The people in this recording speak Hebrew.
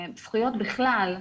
בזכויות בכלל,